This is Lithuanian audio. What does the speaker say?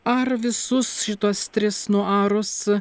ar visus šituos tris nuarus